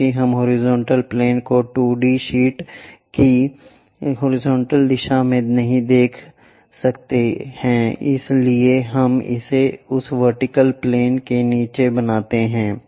क्योंकि हम horizontal plane को 2 D शीट की हॉरिजॉन्टल दिशा में नहीं दिखा सकते हैं इसलिए हम इसे उस वर्टिकल प्लेन के नीचे बनाते हैं